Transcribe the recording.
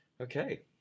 Okay